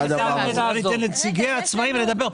אולי ניתן לנציגי העצמאים לדבר.